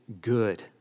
good